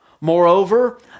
Moreover